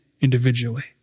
individually